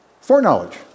foreknowledge